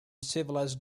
civilized